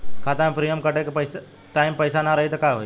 खाता मे प्रीमियम कटे के टाइम पैसा ना रही त का होई?